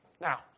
Now